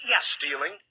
stealing